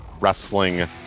wrestling